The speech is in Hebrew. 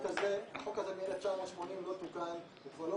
הזה מ-1980 לא תוקן והוא כבר לא